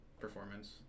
performance